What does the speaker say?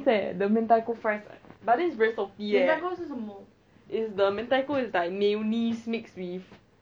leh the mentaiko fries but then this is very salty leh